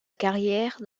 carrière